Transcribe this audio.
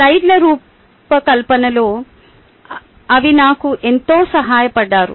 స్లైడ్ల రూపకల్పనలో అవి నాకు ఎంతో సహాయపడ్డారు